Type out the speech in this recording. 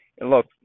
Look